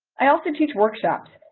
i also teach workshops.